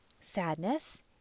sadness